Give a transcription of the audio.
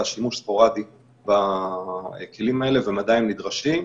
שימוש ספוראדי בכלים האלה והם עדיין נדרשים.